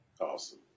Awesome